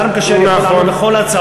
השר המקשר יכול לענות על כל ההצעות.